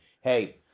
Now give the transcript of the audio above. Hey